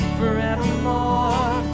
forevermore